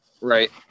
right